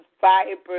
vibrant